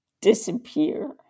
disappear